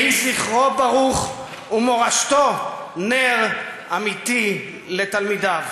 יהי זכרו ברוך, ומורשתו נר אמיתי לתלמידיו.